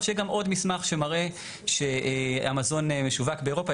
שיהיה גם עוד מסמך שמראה שהמזון משווק באירופה.